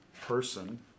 person